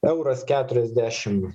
euras keturiasdešim